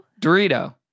Dorito